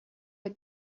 der